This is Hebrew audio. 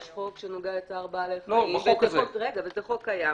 יש חוק שנוגע לצער בעלי חיים וזה חוק קיים.